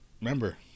remember